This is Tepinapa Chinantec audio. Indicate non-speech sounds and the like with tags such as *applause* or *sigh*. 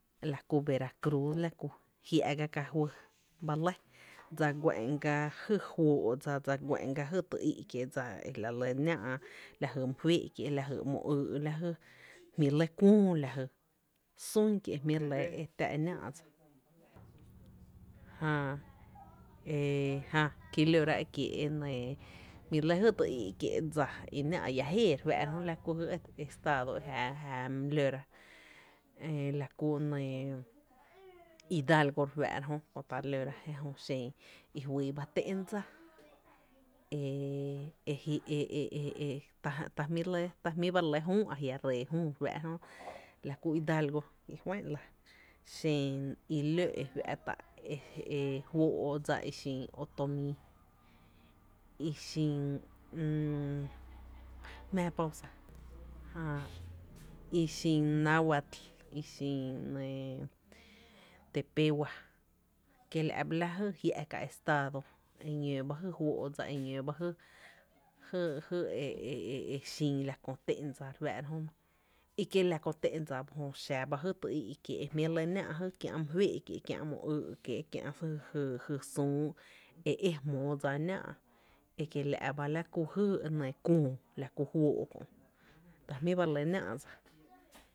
La ku Veracruz la ku, jia’ ga ka fy ba lɇ dsa guá’n ga jy fóó’ dsa dse guá’n la jy ty í’ kie’ dsa e la lɇ náá’ lajy my féé’ kiee’ la jy ´mo ýý’ lajy jmí’ lɇ kuöö la jy sún kie’ jmíí re lɇ e tⱥ e náá’ dsa jää e *hesitation* jää kí lóra ekiie’ jmí lɇ jy ty í’ kiee’ dsa i náá’ iä jéeé re fⱥⱥ’ra jö la ku jy estados e jäáä my lora e la ku enɇɇ Hidalgo re fⱥⱥ’ra jö ta Köö re fⱥⱥ’ra i fyy ba té’n dsa e e *hesitation* ta jmí’ ba re lɇ jüü aji’ re jüü re f ⱥⱥ’ra jö la ku Hidalgo ji fá’ la xen i ló e fa´ta fóo’ xen i ló e xin Otomí i xin *hesitation* jmⱥⱥ pausa jää i xin Nahuatl i xin Tepehua kiela’ ba la jy jia’ ká’ estado eñóo ba la jy fóó’ dsa eñóó ba ba jy jy e *hesitation* e e xin la kö té’n dsa re fⱥⱥ’ra jö i kie la kö té’n dsa ba jö xa ba jy tý íí’ kie’ jmí re lɇ náá’ kiä’ my féé’ kie’ kiä’ ´mo ýý kiéé’ kiä’ jy *hesitation* jy jy süü e é dsa náá’ e kiela’ ba lay kuöö, la ku juóó kö’ ta jmí ba re lɇ náá’ dsa.